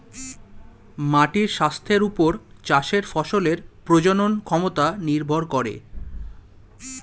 মাটির স্বাস্থ্যের ওপর চাষের ফসলের প্রজনন ক্ষমতা নির্ভর করে